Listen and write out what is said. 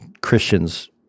Christians